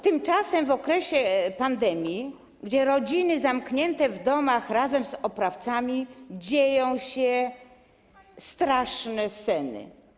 Tymczasem w okresie pandemii, kiedy rodziny są zamknięte w domach razem z oprawcami, dzieją się straszne sceny.